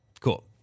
Cool